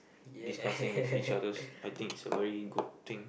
discussing with each other I think it's a very good thing